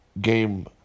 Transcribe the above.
game